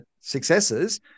successes